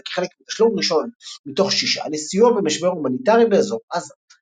כחלק מתשלום ראשון מתוך ששה לסיוע במשבר הומניטרי באזור עזה.